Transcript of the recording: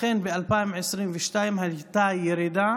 אכן ב-2022 הייתה ירידה